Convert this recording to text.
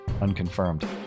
unconfirmed